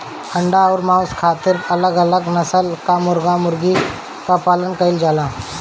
अंडा अउर मांस खातिर अलग अलग नसल कअ मुर्गा मुर्गी कअ पालन कइल जाला